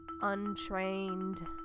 untrained